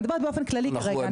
אני מדברת באופן כללי כרגע.